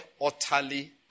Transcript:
utterly